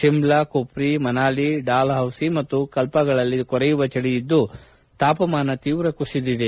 Shimla Kufri Manali Dalhousie ಮತ್ತು ಕಲ್ಪಾಗಳಲ್ಲಿ ಕೊರೆಯುವ ಚಳಿ ಇದ್ದು ತಾಪಮಾನ ತೀವ್ರ ಕುಸಿದಿದೆ